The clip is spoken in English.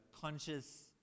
conscious